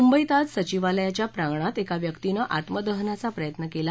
मुंबईत आज सचिवालयाच्या प्रांगणात एका व्यक्तीनं आत्मदहनाचा प्रयत्न केला